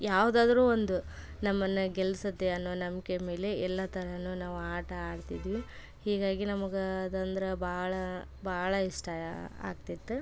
ಯಾವುದಾದ್ರು ಒಂದು ನಮ್ಮನ್ನು ಗೆಲ್ಲಿಸುತ್ತೆ ಅನ್ನೋ ನಂಬಿಕೆ ಮೇಲೆ ಎಲ್ಲ ಥರನೂ ನಾವು ಆಟ ಆಡ್ತಿದ್ವಿ ಹೀಗಾಗಿ ನಮ್ಗೆ ಅದಂದ್ರೆ ಭಾಳ ಭಾಳ ಇಷ್ಟ ಆಗ್ತಿತ್ತು